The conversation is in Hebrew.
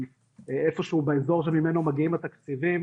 שאיפשהו באזור שממנו מגיעים התקציבים